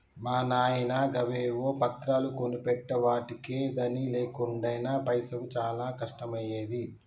మా నాయిన గవేవో పత్రాలు కొనిపెట్టెవటికె గని లేకుంటెనా పైసకు చానా కష్టమయ్యేది